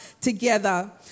together